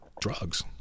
drugs